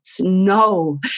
No